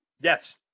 yes